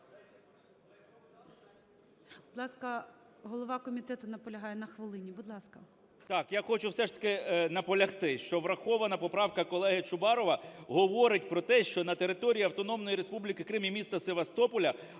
Будь ласка, голова комітету наполягає на хвилині, будь ласка.